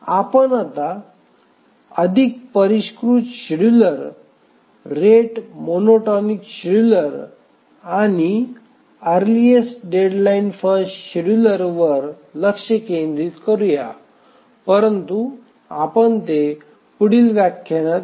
आपण आता अधिक परिष्कृत शेड्यूलर रेट मोनोटोनिक शेड्यूलर आणि अरलीएस्ट डेडलाईन फर्स्ट शेड्युलर वर लक्ष केंद्रित करूया परंतु आपण ते पुढील व्याख्यानात घेऊ